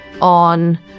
on